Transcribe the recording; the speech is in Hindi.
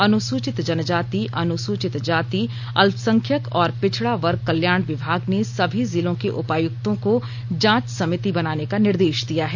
अनुसूचित जनजाति अनुसूचित जाति अल्पसंख्यक और पिछड़ा वर्ग कल्याण विभाग ने सभी जिलों के उपायुक्तों को जांच समिति बनाने का निर्देश दिया है